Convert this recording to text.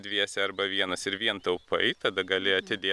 dviese arba vienas ir vien taupai tada gali atidėt